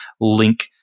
link